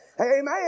Amen